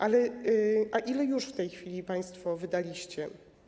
A ile już w tej chwili państwo wydaliście?